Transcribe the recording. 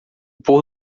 pôr